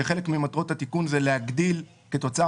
שחלק ממטרות התיקון זה להגדיל כתוצאה